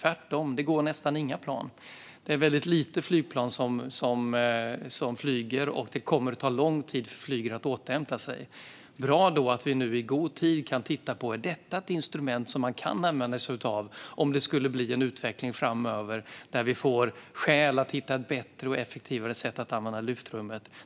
Tvärtom går det nästan inga plan. Det är väldigt få flygplan som flyger, och det kommer att ta lång tid för flyget att återhämta sig. Det är då bra att vi nu i god tid kan titta på om detta är ett instrument som man kan använda sig av om det skulle bli en utveckling framöver som gör att vi får skäl att hitta bättre och effektivare sätt att använda luftrummet.